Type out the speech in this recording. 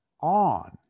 on